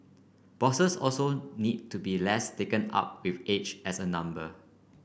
bosses also need to be less taken up with age as a number